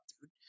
dude